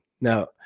Now